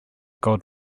gold